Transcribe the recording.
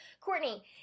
Courtney